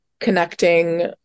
connecting